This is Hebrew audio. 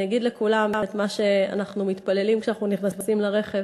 אני אגיד לכולם את מה שאנחנו מתפללים כשאנחנו נכנסים לרכב: